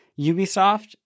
Ubisoft